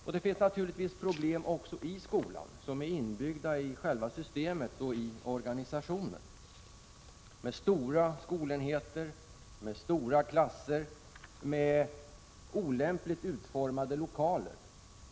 Givetvis finns det problem också inom skolan, problem som är inbyggda i själva systemet och i organisationen, med stora skolenheter, med stora klasser, med olämpligt utformade lokaler.